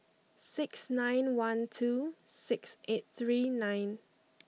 six nine one two six eight three nine